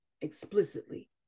explicitly